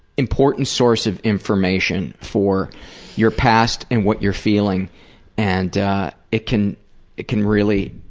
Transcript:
important source of information for your past and what you're feeling and it can it can really,